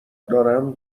دارم